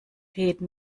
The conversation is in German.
reden